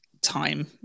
time